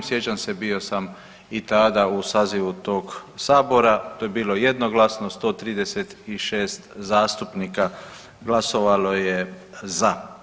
Sjećam se bio sam i tada u sazivu tog sabora, to je bilo jednoglasno 136 zastupnika glasovalo je za.